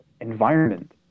environment